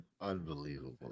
Unbelievable